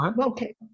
okay